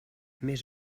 més